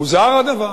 מוזר הדבר.